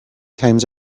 times